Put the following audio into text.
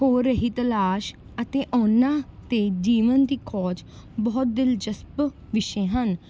ਹੋ ਰਹੀ ਤਲਾਸ਼ ਅਤੇ ਉਹਨਾਂ 'ਤੇ ਜੀਵਨ ਦੀ ਖੋਜ ਬਹੁਤ ਦਿਲਚਸਪ ਵਿਸ਼ੇ ਹਨ